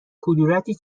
کدورتی